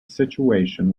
situation